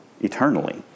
eternally